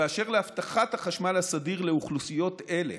באשר להבטחת החשמל הסדיר לאוכלוסיות אלה,